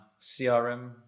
CRM